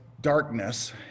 darkness